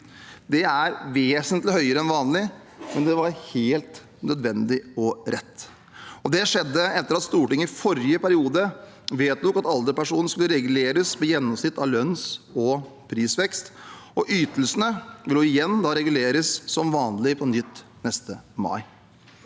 Det er vesentlig høyere enn vanlig, men det var helt nødvendig og rett. Det skjedde etter at Stortinget i forrige periode vedtok at alderspensjonen skulle reguleres med gjennomsnitt av lønns- og prisvekst. Ytelsene vil igjen reguleres som vanlig neste mai.